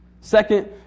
Second